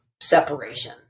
separation